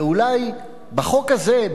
ואולי בחוק הזה,